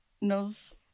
knows